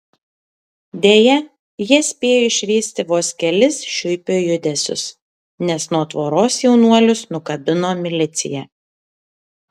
deja jie spėjo išvysti vos kelis šiuipio judesius nes nuo tvoros jaunuolius nukabino milicija